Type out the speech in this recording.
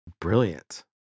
brilliant